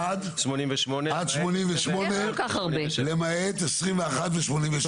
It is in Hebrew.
עכשיו זה מ-20 עד 88, למעט 21 ו-87.